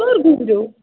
کر گُزریٚو